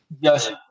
Yes